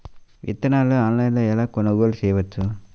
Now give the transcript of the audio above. విత్తనాలను ఆన్లైనులో ఎలా కొనుగోలు చేయవచ్చు?